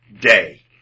day